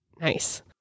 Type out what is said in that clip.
Nice